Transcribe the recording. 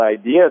idea